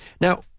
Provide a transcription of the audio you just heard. Now